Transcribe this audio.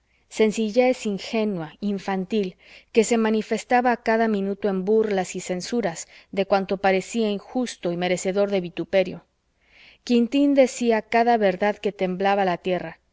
amigo sencillez ingenua infantil que se manifestaba a cada minuto en burlas y censuras de cuanto parecía injusto y merecedor de vituperio quintín decía cada verdad que temblaba la tierra